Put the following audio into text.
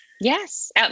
Yes